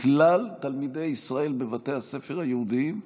מכלל תלמידי ישראל בבתי הספר היהודיים במחזור,